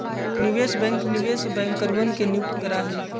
निवेश बैंक निवेश बैंकरवन के नियुक्त करा हई